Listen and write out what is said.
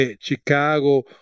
Chicago